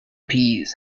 peas